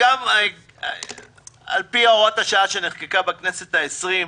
על פי הוראת השעה שנחקקה בכנסת העשרים,